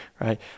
right